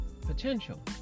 potential